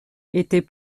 était